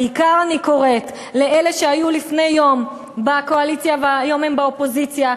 בעיקר אני קוראת לאלה שהיו לפני יום בקואליציה והיום הם באופוזיציה,